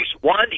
One